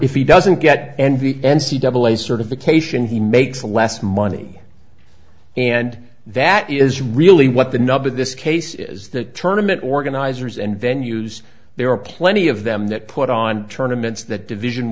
if he doesn't get envy and see double a certification he makes less money and that is really what the nub of this case is that tournaments organizers and then use there are plenty of them that put on tournaments that division